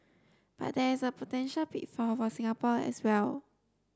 but there is a potential pitfall for Singapore as well